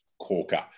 corker